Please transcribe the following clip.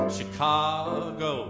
Chicago